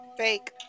Fake